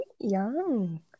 young